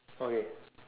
okay